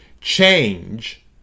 change